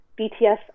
bts